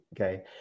Okay